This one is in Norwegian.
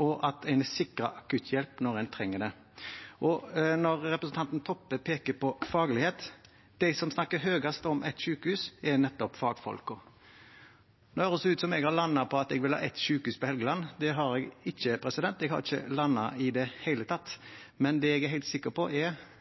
og at man er sikret akutthjelp når man trenger det. Når representanten Toppe peker på faglighet: De som snakker høyest om ett sykehus, er nettopp fagfolkene. Nå høres det ut som om jeg har landet på at jeg vil ha ett sykehus på Helgeland. Det har jeg ikke – jeg har ikke landet i det hele tatt. Men det jeg er helt sikker på, er